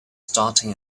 starting